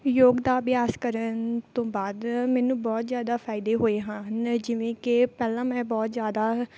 ਯੋਗ ਦਾ ਅਭਿਆਸ ਕਰਨ ਤੋਂ ਬਾਅਦ ਮੈਨੂੰ ਬਹੁਤ ਜ਼ਿਆਦਾ ਫ਼ਾਇਦੇ ਹੋਏ ਹਨ ਜਿਵੇਂ ਕਿ ਪਹਿਲਾਂ ਮੈਂ ਬਹੁਤ ਜ਼ਿਆਦਾ